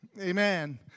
Amen